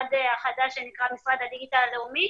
במשרד החדש שנקרא משרד הדיגיטל הלאומי.